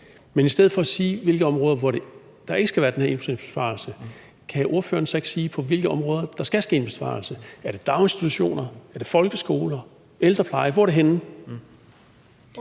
Men i stedet for at sige, på hvilke områder der ikke skal være den her 1-procentsbesparelse, kan ordføreren så ikke sige, på hvilke områder der skal ske en besparelse? Er det daginstitutioner, folkeskoler eller ældrepleje? Hvor er det henne?